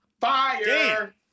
Fire